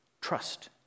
trust